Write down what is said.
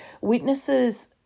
witnesses